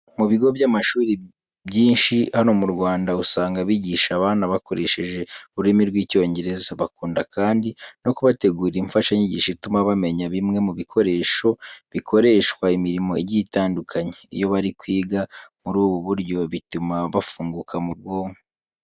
Mu bigo by'amashuri byinshi hano mu Rwanda, usanga bigisha abana bakoresheje ururimi rw'Icyongereza. Bakunda kandi no kubategurira imfashanyigisho ituma bamenya bimwe mu bikoresho bikoreshwa imirimo igiye itandukanye. Iyo bari kwiga muri ubu buryo bituma bafunguka mu bwonko.